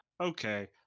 okay